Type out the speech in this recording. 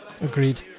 Agreed